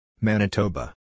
Manitoba